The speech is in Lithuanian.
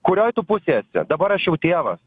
kurioj tu pusėj esi dabar aš jau tėvas